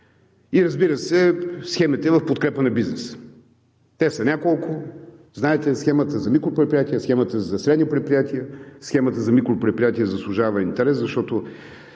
И, разбира се, схемите в подкрепа на бизнеса. Те са няколко. Знаете, схемата за микропредприятия, схемата за средни предприятия. Схемата за микропредприятия заслужава интерес, защото